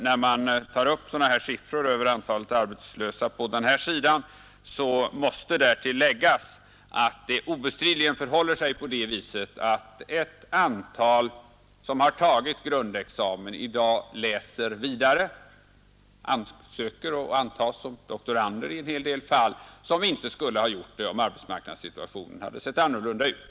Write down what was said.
När man tar upp sådana här siffror över antalet arbetslösa på detta område måste därtill läggas att det obestridligen förhåller sig så att ett antal personer som har tagit grundexamen läser vidare — antas som doktorander i en hel del fall — som inte skulle ha gjort det om arbetsmarknadssituationen hade sett annorlunda ut.